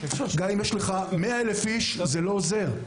גם אם יש לך 100,000 אנשים זה לא עוזר.